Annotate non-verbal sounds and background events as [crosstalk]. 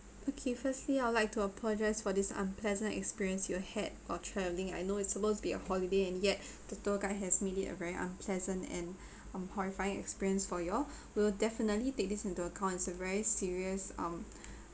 okay firstly I'd like to apologise for this unpleasant experience you had on traveling I know it's supposed to be a holiday and yet the tour guide has made it a very unpleasant and [breath] um horrifying experience for you all [breath] will definitely take this into account is a very serious um [breath]